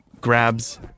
grabs